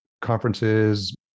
conferences